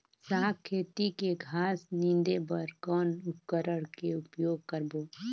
साग खेती के घास निंदे बर कौन उपकरण के उपयोग करबो?